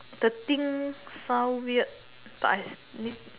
the thing sound weird but I s~ need